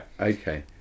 okay